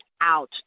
out